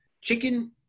chicken